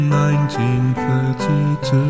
1932